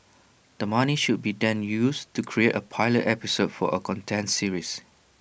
the money should be then used to create A pilot episode for A content series